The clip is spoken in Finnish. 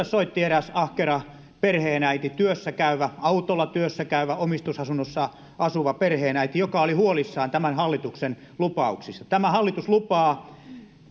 soitti eräs ahkera perheenäiti työssä käyvä autolla työssä käyvä omistusasunnossa asuva perheenäiti joka oli huolissaan tämän hallituksen lupauksista tämä hallitus lupaa